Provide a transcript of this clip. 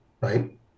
right